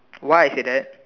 why I say that